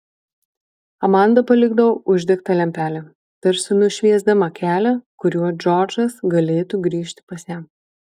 amanda palikdavo uždegtą lempelę tarsi nušviesdama kelią kuriuo džordžas galėtų grįžti pas ją